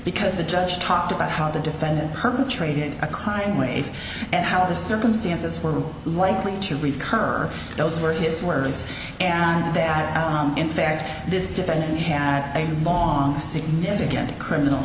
because the judge talked about how the defendant perpetrated a kind way and how the circumstances were likely to recur those were his words and that in fact this defendant had a long significant criminal